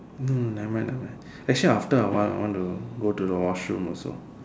no no nevermind nevermind actually after awhile I want to go to the washroom also